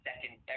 second